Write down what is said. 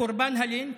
קורבן הלינץ',